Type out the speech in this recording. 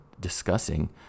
discussing